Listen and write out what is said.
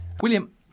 William